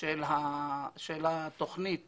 של התכנית